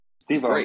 Steve